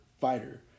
fighter